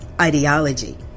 ideology